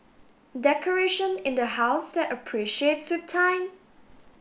decoration in the house that appreciates with time